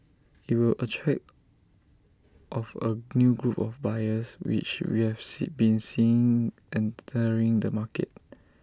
IT will attract of A new group of buyers which we have see been seeing entering the market